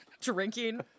drinking